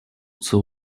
如此